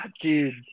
dude